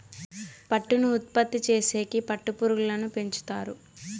పట్టును ఉత్పత్తి చేసేకి పట్టు పురుగులను పెంచుతారు